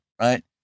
right